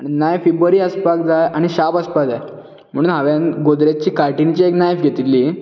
आनी नायफ ही बरी आसपाक जाय आनी शार्प आसपाक जाय म्हणून हांवें गोदरेजची कार्टिनची एक नायफ घेतिल्ली